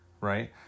right